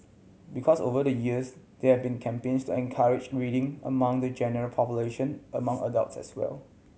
because over the years there been campaigns encourage reading among the general population among adults as well